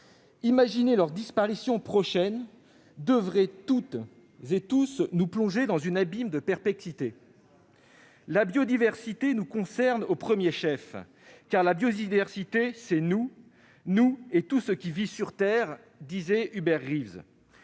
Imaginer leur disparition prochaine devrait toutes et tous nous plonger dans un abîme de perplexité. « La biodiversité nous concerne au premier chef, car la biodiversité c'est nous, nous et tout ce qui vit sur terre », disait Hubert Reeves.